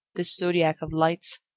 this zodiac of lights,